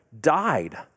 died